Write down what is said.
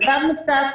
דבר נוסף,